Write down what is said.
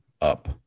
up